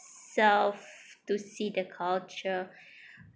ourself to see the culture